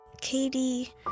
Katie